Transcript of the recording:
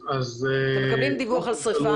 אתם מקבלים דיווח על שריפה